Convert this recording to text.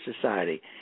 Society